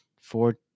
four